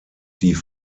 die